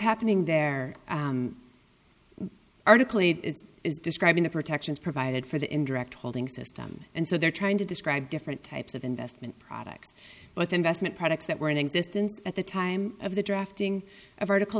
happening there article is describing the protections provided for the indirect holdings system and so they're trying to describe different types of investment products but investment products that were in existence at the time of the drafting of article